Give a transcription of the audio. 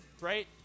Right